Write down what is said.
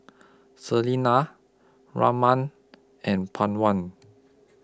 Selina Raman and Pawan